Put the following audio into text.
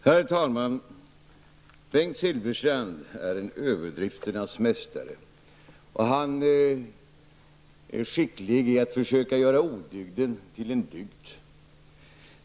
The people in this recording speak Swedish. Herr talman! Bengt Silfverstrand är en överdrifternas mästare. Han är skicklig på att försöka göra odygden till en dygd.